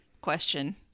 question